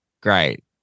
great